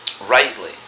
rightly